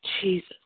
Jesus